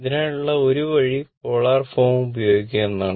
ഇതിനായുള്ള ഒരു വഴി പോളാർ ഫോം ഉപയോഗിക്കുക എന്നതാണ്